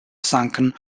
sunken